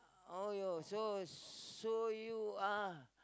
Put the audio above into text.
oh yo so so you uh